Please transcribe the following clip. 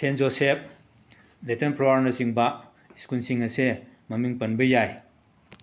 ꯁꯦꯟ Joseph Little ꯐ꯭ꯂꯥꯋꯔꯅꯆꯤꯡꯕ ꯏꯁꯀꯨꯜꯁꯤꯡ ꯑꯁꯦ ꯃꯃꯤꯡ ꯄꯟꯕ ꯌꯥꯏ